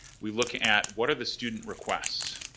we look at, what are the student requests?